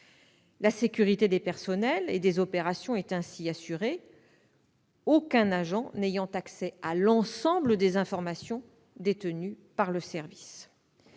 La sécurité des personnels et des opérations est ainsi assurée, aucun agent n'ayant accès à l'ensemble des informations détenues par le service.